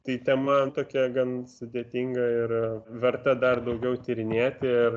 tai tema tokia gan sudėtinga ir verta dar daugiau tyrinėti ir